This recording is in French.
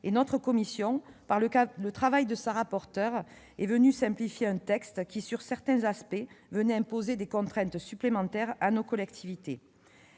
et notre commission, grâce au travail de sa rapporteur, a simplifié un texte qui, sur certains aspects, revenait à imposer des contraintes supplémentaires à nos collectivités.